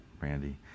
Randy